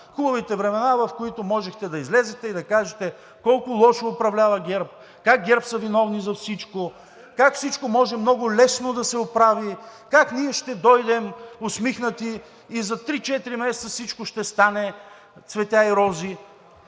Хубавите времена, в които можехте да излезете и да кажете колко лошо управлява ГЕРБ, как ГЕРБ са виновни за всичко, как всичко може много лесно да се оправи, как ние ще дойдем усмихнати и за три-четири месеца всичко ще стане цветя и рози.